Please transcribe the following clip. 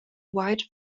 wide